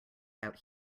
out